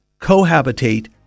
cohabitate